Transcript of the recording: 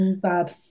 bad